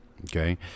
Okay